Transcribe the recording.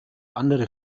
andere